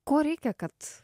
ko reikia kad